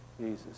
Jesus